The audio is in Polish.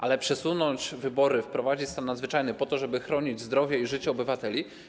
Ale przesunąć wybory, wprowadzić stan nadzwyczajny po to, żeby chronić zdrowie i życie obywateli?